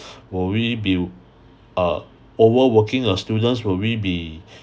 will we be uh overworking the students will we be